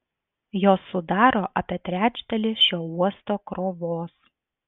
jos sudaro apie trečdalį šio uosto krovos